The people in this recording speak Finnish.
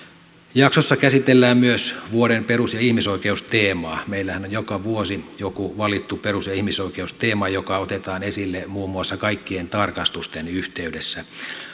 jaksossa käsitellään myös vuoden perus ja ihmisoikeusteemaa meillähän on joka vuosi joku valittu perus ja ihmisoikeusteema joka otetaan esille muun muassa kaikkien tarkastusten yhteydessä